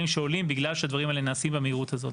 שעולים בגלל שהדברים האלה נעשים במהירות הזאת.